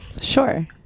sure